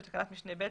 בתקנת משנהה (ב),